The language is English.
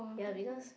ya because